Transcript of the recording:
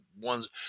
ones